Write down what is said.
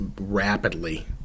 rapidly